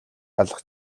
алах